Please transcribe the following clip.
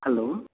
hello